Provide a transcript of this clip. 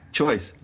choice